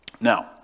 Now